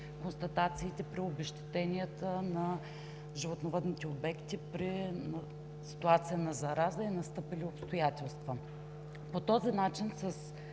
констатациите при обезщетенията на животновъдните обекти, при ситуация на зараза и настъпили обстоятелства. С тази